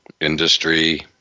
industry